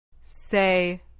Say